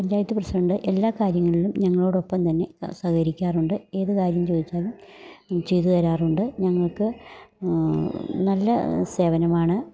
panchayat president എല്ലാ കാര്യങ്ങളിലും ഞങ്ങളോടൊപ്പം തന്നെ സഹകരിക്കാറുണ്ട് ഏത് കാര്യം ചോദിച്ചാലും ചെയ്തുതരാറുണ്ട് ഞങ്ങൾക്ക് നല്ല സേവനമാണ്